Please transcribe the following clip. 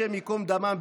השם ייקום דמם,